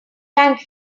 thank